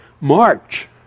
March